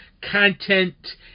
content